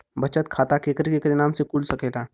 बचत खाता केकरे केकरे नाम से कुल सकेला